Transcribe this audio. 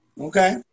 Okay